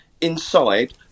inside